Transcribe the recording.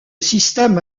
système